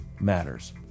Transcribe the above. matters